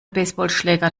baseballschläger